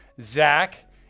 Zach